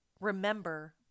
Remember